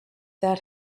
that